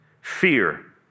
fear